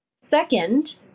Second